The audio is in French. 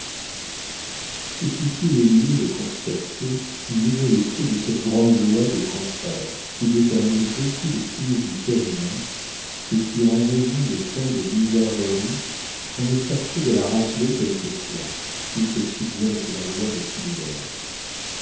c'est ici le lieu de constater un nouvel effet de cette grande loi des contraires qui détermine beaucoup de crises du cœur humain et qui rend raison de tant de bizarreries qu'on est forcé de la rappeler quelquefois tout aussi bien que la loi des similaires